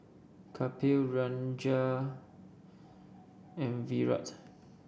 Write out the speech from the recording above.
Kapil Ranga and Virat